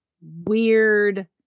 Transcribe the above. weird